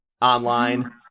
online